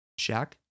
Shaq